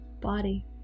body